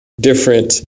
different